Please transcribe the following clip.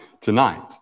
tonight